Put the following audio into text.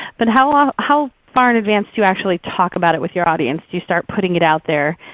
but how um how far in advance do you actually talk about it with your audience, do you start putting it out there,